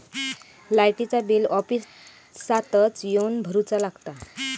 लाईटाचा बिल ऑफिसातच येवन भरुचा लागता?